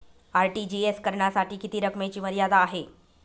RTGS करण्यासाठी किती रकमेची मर्यादा आहे?